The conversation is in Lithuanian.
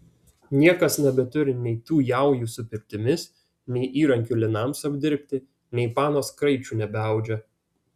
niekas nebeturi nei tų jaujų su pirtimis nei įrankių linams apdirbti nei panos kraičių nebeaudžia